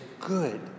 good